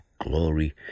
glory